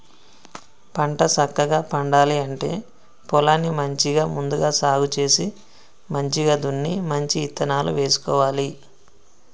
పంట సక్కగా పండాలి అంటే పొలాన్ని మంచిగా ముందుగా సాగు చేసి మంచిగ దున్ని మంచి ఇత్తనాలు వేసుకోవాలి